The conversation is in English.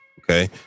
Okay